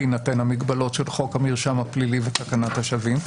בהינתן המגבלות של חוק המרשם הפלילי ותקנת השבים,